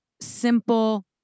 simple